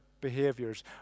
behaviors